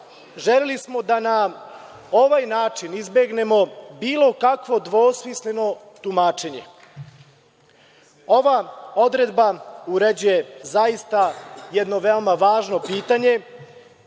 Želeli smo da na ovaj način izbegnemo bilo kakvo dvosmisleno tumačenje. Ova odredba uređuje zaista jedno veoma važno pitanje,